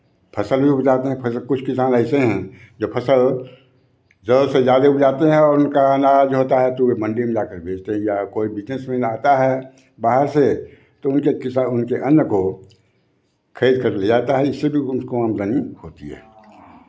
फसल भी उपजाते हैं कुछ किसान ऐसे हैं जो फसल ज़रूरत से ज़्यादे उपजाते हैं और उनका अनाज होता है तो वे मंडी में जाकर बेचते हैं या कोई बिज़नेसमैन आता है बाहर से तो उनके किसान उनके अन्न को खरीदकर ले जाता है इससे भी उसको आमदनी होती है